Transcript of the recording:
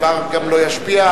הדבר גם לא ישפיע,